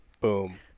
boom